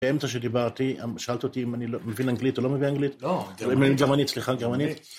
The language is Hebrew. באמצע שדיברתי, שאלת אותי אם אני מבין אנגלית או לא מבין אנגלית? לא, גרמנית. גרמנית, סליחה, גרמנית.